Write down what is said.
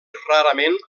rarament